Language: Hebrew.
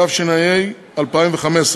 התשע"ה 2015,